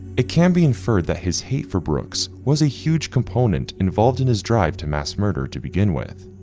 it can be inferred that his hate for brooks was a huge component involved in his drive to mass murder to begin with,